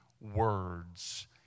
words